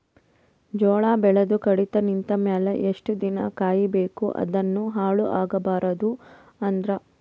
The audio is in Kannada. ಜೋಳ ಬೆಳೆದು ಕಡಿತ ನಿಂತ ಮೇಲೆ ಎಷ್ಟು ದಿನ ಕಾಯಿ ಬೇಕು ಅದನ್ನು ಹಾಳು ಆಗಬಾರದು ಅಂದ್ರ?